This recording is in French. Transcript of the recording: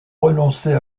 renoncer